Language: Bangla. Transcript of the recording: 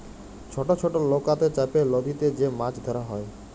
ছট ছট লকাতে চাপে লদীতে যে মাছ ধরা হ্যয়